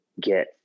get